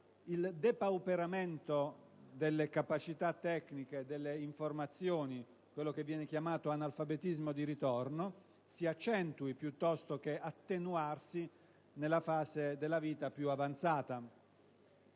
il depauperamento delle capacità tecniche, delle informazioni (quello che viene chiamato analfabetismo di ritorno) si accentui, piuttosto che attenuarsi, nella fase della vita più avanzata.